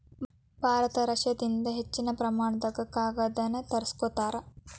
ಭಾರತ ರಷ್ಯಾದಿಂದ ಹೆಚ್ಚಿನ ಪ್ರಮಾಣದಾಗ ಕಾಗದಾನ ತರಸ್ಕೊತಾರ